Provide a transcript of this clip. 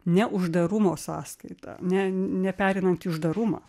ne uždarumo sąskaita ne nepereinant į uždarumą